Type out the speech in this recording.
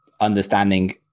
understanding